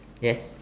yes